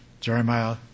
Jeremiah